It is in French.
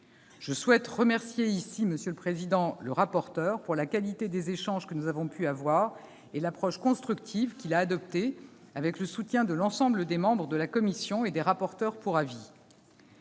Je souhaite remercier le rapporteur pour la qualité des échanges que nous avons eus et l'approche constructive qu'il a adoptée, avec le soutien de l'ensemble des membres de la commission et du rapporteur pour avis.